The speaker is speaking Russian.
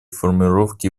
формулировки